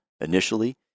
initially